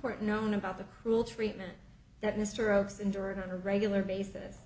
court known about the cruel treatment that mr oakes endured a regular basis